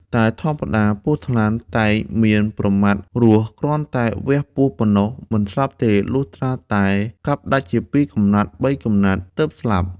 តែធម្មតាពស់ថ្លាន់តែងមានប្រមាត់រស់គ្រាន់តែវះពោះប៉ុណ្ណឹង មិនស្លាប់ទេ លុះត្រាតែកាប់ដាច់ជាពីរជាបីកំណាត់ទើបស្លាប់